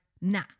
nah